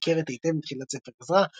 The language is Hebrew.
הניכרת היטב מתחילת ספר עזרא,